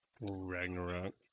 Ragnarok